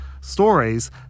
stories